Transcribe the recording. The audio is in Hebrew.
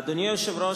אדוני היושב-ראש,